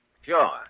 Sure